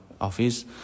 office